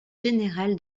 général